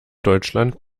deutschland